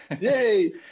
yay